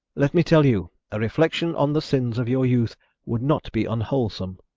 let me tell you, a reflexion on the sins of your youth would not be unwholesome.